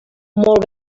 molt